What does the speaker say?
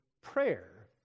Prayer